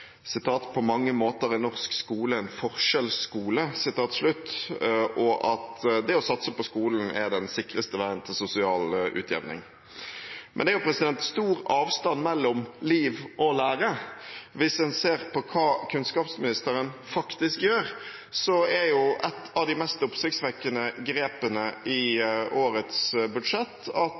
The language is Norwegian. på mange måter er «en forskjellsskole», og at det å satse på skolen er den sikreste veien til sosial utjevning. Men det er stor avstand mellom liv og lære. Hvis en ser på hva kunnskapsministeren faktisk gjør, er jo et av de mest oppsiktsvekkende grepene i årets budsjett at